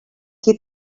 qui